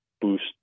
boost